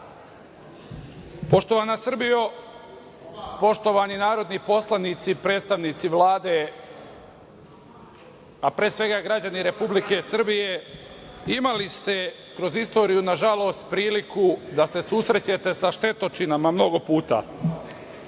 Srbijo, poštovani narodni poslanici i predstavnici Vlade, a pre svega građani Republike Srbije, imali ste kroz istoriju nažalost priliku da se susrećete sa štetočinama mnogo